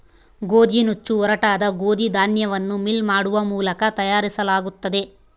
ಗೋದಿನುಚ್ಚು ಒರಟಾದ ಗೋದಿ ಧಾನ್ಯವನ್ನು ಮಿಲ್ ಮಾಡುವ ಮೂಲಕ ತಯಾರಿಸಲಾಗುತ್ತದೆ